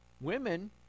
women